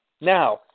Now